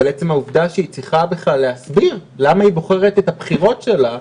אבל עצם העובדה שהיא צריכה בכלל להסביר למה היא בוחרת את הבחירות שלה,